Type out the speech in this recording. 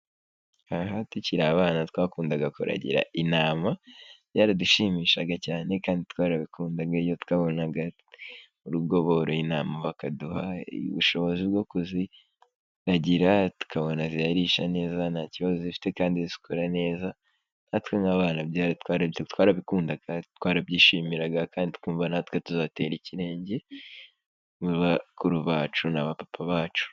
Aha tukiri abana twakundaga kuragira intama. Byaradushimishaga cyane kandi twarabikundaga. Iyo twabonaga mu rugo boroye intama bakaduha ubushobozi bwo kuziragira, tukabona zirarisha neza nta kibazo zifite kandi zikora neza, natwe nk'abana twarabikundaga, twarabyishimiraga kandi tukumva natwe tuzatera ikirenge mu cya bakuru bacu na ba papa bacu.